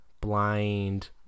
blind